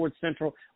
Central